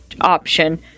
option